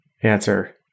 answer